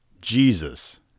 Jesus